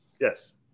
Yes